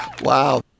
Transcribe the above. Wow